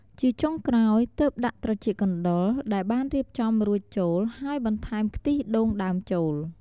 ជាចុងក្រោយ ទើបដាក់ ត្រចៀកកណ្ដុរ ដែលបានរៀបចំរួចចូល ហើយបន្ថែម ខ្ទិះដូងដើមចូល។